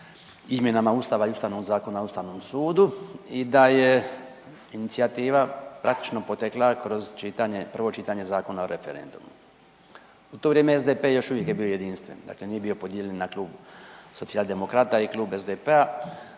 izmjenama Ustava i Ustavnog zakona o Ustavnom sudu i da je inicijativa praktično potekla kroz čitanje, prvo čitanje Zakona o referendumu. U to vrijeme SDP je još uvijek bio jedinstven, dakle nije bio podijeljen na Klub socijaldemokrata i Klub SDP-a.